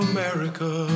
America